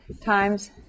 times